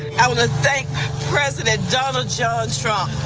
i want to thank president donald yeah ah trump.